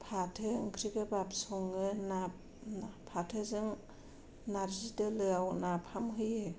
फाथो ओंख्रि गोबाब सङो ना फाथोजों नार्जि दोलोआव नाफाम होयो